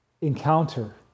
encounter